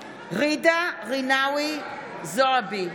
ג'ידא רינאוי זועבי,